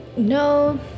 No